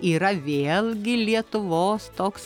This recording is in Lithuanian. yra vėlgi lietuvos toks